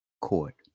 court